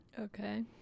okay